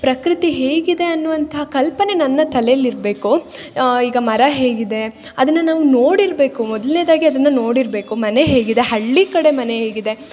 ಪ್ರಕೃತಿ ಹೇಗಿದೆ ಅನ್ನುವಂಥ ಕಲ್ಪನೆ ನನ್ನ ತಲೆಯಲ್ಲಿ ಇರಬೇಕು ಈಗ ಮರ ಹೇಗಿದೆ ಅದನ್ನು ನಾವು ನೋಡಿರಬೇಕು ಮೊದ್ಲೆದಾಗಿ ಅದನ್ನು ನೋಡಿರಬೇಕು ಮನೆ ಹೇಗಿದೆ ಹಳ್ಳಿ ಕಡೆ ಮನೆ ಹೇಗಿದೆ